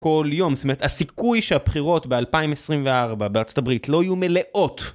כל יום, זאת אומרת, הסיכוי שהבחירות ב-2024 בארצות הברית לא יהיו מלאות